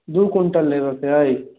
दू कुंटल लेबऽके अछि